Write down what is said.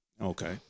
Okay